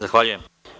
Zahvaljujem.